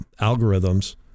algorithms